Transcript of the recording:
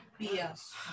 BS